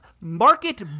market